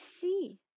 see